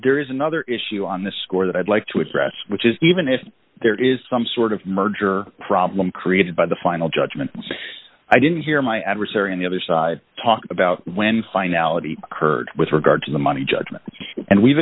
there is another issue on this score that i'd like to address which is even if there is some sort of merger problem created by the final judgment i didn't hear my adversary on the other side talk about when finality occurred with regard to the money judgment and we've